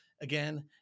again